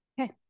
Okay